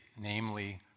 namely